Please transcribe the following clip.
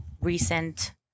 recent